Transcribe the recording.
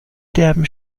derben